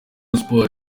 sports